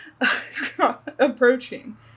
approaching